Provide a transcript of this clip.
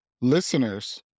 listeners